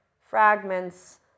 fragments